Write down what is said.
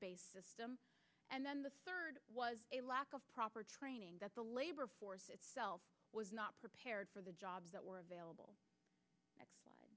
based system and then the third was a lack of proper training that the labor force itself was not prepared for the jobs that were available